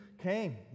came